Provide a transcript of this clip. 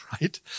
right